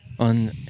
On